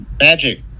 magic